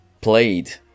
played